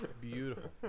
beautiful